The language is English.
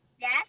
Yes